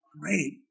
great